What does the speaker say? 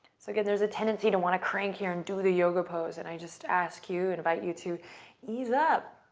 so again, there is a tendency to want to crank here and do the yoga pose, and i just ask you, invite you to ease up.